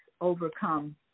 overcome